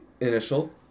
initial